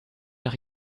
nach